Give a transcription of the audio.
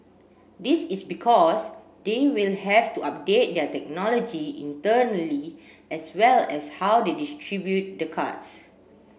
this is because they will have to update their technology internally as well as how they distribute the cards